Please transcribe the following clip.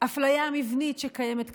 והאפליה המבנית שקיימת כלפיהם,